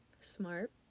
Smart